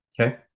Okay